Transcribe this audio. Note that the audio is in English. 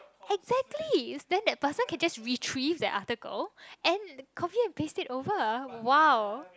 exactly then that person can just retrieve that article and copy and paste it over !wow!